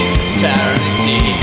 eternity